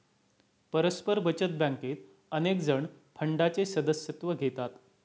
परस्पर बचत बँकेत अनेकजण फंडाचे सदस्यत्व घेतात